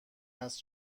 است